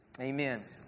Amen